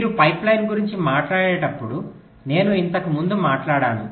మీరు పైప్లైన్ గురించి మాట్లాడేటప్పుడు నేను ఇంతకు ముందు మాట్లాడాను